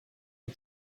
une